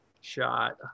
shot